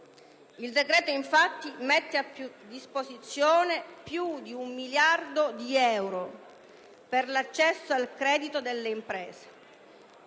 Il decreto, infatti, mette a disposizione più di un miliardo di euro per l'accesso al credito delle imprese.